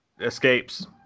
escapes